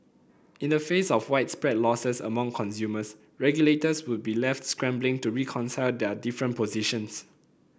in the face of widespread losses among consumers regulators would be left scrambling to reconcile their different positions